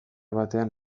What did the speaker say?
batean